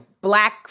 Black